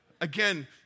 again